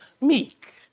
meek